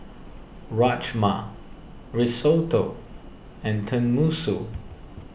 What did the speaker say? Rajma Risotto and Tenmusu